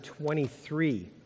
23